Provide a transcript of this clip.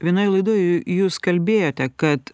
vienoje laidoje jūs kalbėjote kad